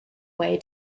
way